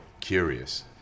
curious